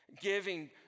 giving